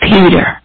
Peter